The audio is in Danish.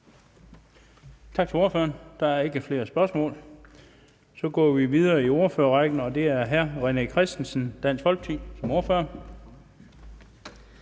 Tak til ordføreren, der er ikke flere korte bemærkninger. Så går vi videre i ordførerrækken, og det er hr. René Christensen, Dansk Folkeparti. Kl. 13:50 (Ordfører)